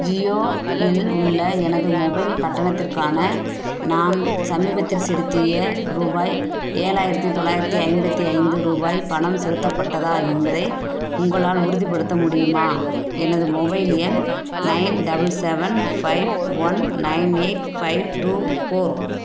ஜியோ இல் உள்ள எனது மொபைல் கட்டணத்திற்கான நான் சமீபத்தில் செலுத்திய ரூபாய் ஏழாயிரத்தி தொள்ளாயிரத்தி ஐம்பத்தி ஐந்து ரூபாய் பணம் செலுத்தப்பட்டதா என்பதை உங்களால் உறுதிப்படுத்த முடியுமா எனது மொபைல் எண் nine double seven five one nine eight five two four